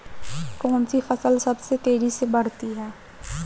कौनसी फसल सबसे तेज़ी से बढ़ती है?